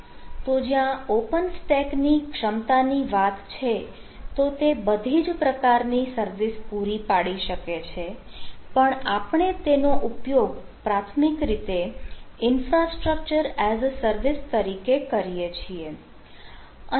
તો જ્યાં ઓપન સ્ટેકની ક્ષમતાની વાત છે તો તે બધી જ પ્રકારની સર્વિસ પૂરી પાડી શકે છે પણ આપણે તેનો ઉપયોગ પ્રાથમિક રીતે ઈન્ફ્રાસ્ટ્રક્ચર એઝ અ સર્વિસ તરીકે કરીએ છીએ